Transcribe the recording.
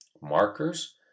markers